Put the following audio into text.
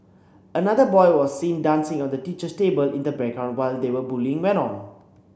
another boy was seen dancing on the teacher's table in the background while they were bullying went on